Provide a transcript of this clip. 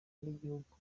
n’igihugu